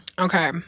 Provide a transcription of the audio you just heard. Okay